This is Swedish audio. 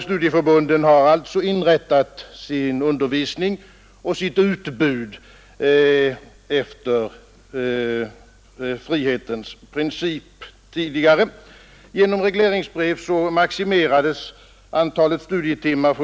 Studieförbunden har därför inrättat sin undervisning och sitt utbud efter den tidigare frihetens princip.